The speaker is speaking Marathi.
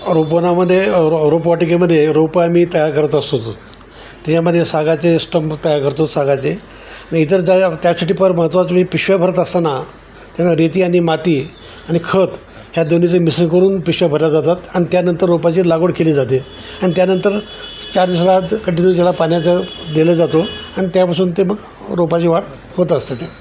रोपवनामध्ये रो रोपवाटिकेमध्ये रोपं आम्ही तयार करत असतो त्याच्यामध्ये सागाचे स्टंप तयार करतो सागाचे आणि इतर जर त्यासाठी फार महत्त्वाचं म्हणजे पिशव्या भरत असताना त्याना रेती आणि माती आणि खत ह्या दोन्हीचं मिश्रण करून पिशव्या भरल्या जातात आणि त्यानंतर रोपाची लागवड केली जाते आणि त्यानंतर चार दिवसाला कंटिन्यू त्याला पाण्याचा दिल्या जातो आणि त्यापासून ते मग रोपाची वाढ होत असतं ते